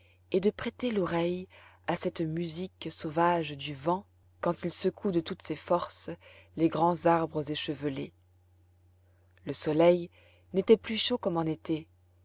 et de prêter l'oreille à cette musique sauvage du vent quand il secoue de toutes ses forces les grands arbres échevelés le soleil n'était plus chaud comme en été